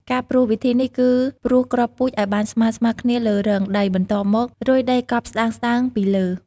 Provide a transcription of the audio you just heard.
ការព្រោះ វិធីនេះគឺព្រោះគ្រាប់ពូជឱ្យបានស្មើៗគ្នាលើរងដី បន្ទាប់មករោយដីកប់ស្ដើងៗពីលើ។